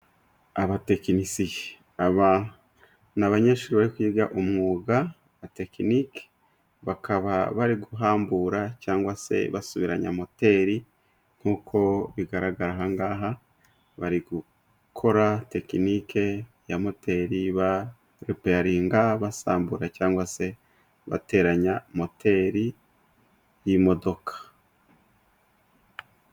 Abatekinisiye, aba ni abanyeshuri bari kwiga umwuga na tekiniki, bakaba bari guhambura cyangwa se basubiranya moteri, nkuko bigaragara aha ngaha, bari gukora tekinike ya moteri ba repeyaringa basambura cyangwa se bateranya moteri y'imodoka.